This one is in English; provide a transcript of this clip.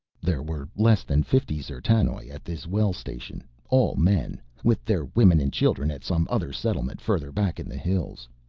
there were less than fifty d'zertanoj at this well station, all men, with their women and children at some other settlement further back in the hills.